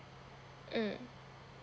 mm